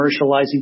commercializing